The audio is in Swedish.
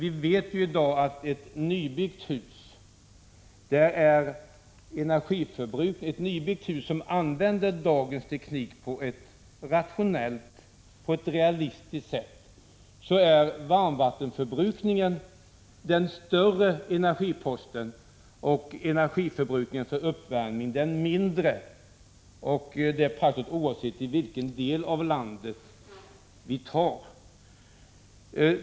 I ett nybyggt hus, som använder dagens teknik på ett rationellt och realistiskt sätt, är varmvattenförbrukningen den större energiposten och energiförbrukningen för uppvärmning den mindre — detta praktiskt taget oavsett i vilken del av landet det ligger.